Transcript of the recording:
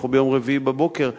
אנחנו ביום רביעי בבוקר,